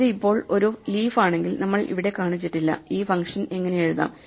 ഇത് ഇപ്പോൾ ഒരു ലീഫ് ആണെങ്കിൽനമ്മൾ ഇവിടെ കാണിച്ചിട്ടില്ല ഈ ഫംഗ്ഷൻ എങ്ങനെ എഴുതാം